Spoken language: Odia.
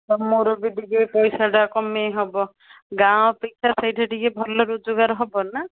ଆଉ ମୋର ବି ଟିକେ ପଇସାଟା କମାଇ ହବ ଗାଁ ଅପେକ୍ଷା ସେଇଠି ଟିକେ ଭଲ ରୋଜଗାର ହବ ନା